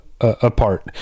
apart